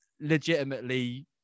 legitimately